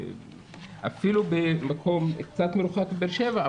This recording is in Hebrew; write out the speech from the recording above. אפילו במקום קצת מרוחק מבאר שבע,